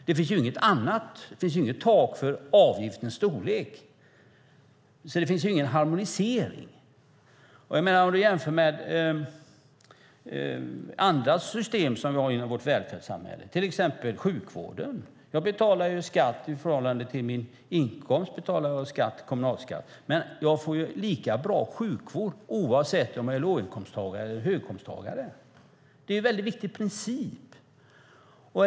Det finns inget tak för avgiftens storlek, så det finns ingen harmonisering. Man kan jämföra med andra system som vi har inom vårt välfärdssamhälle, till exempel sjukvården. Jag betalar kommunalskatt i förhållande till min inkomst, men jag får lika bra sjukvård oavsett om jag är låginkomsttagare eller höginkomsttagare. Det är en viktig princip.